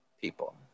people